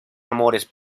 amores